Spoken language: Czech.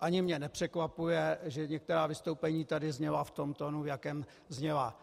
Ani mě nepřekvapuje, že některá vystoupení tady zněla v tom tónu, v jakém zněla.